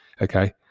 Okay